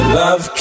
love